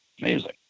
amazing